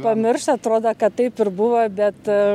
pamiršta atrodo kad taip ir buvo bet